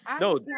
No